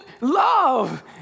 Love